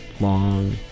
long